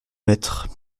mettre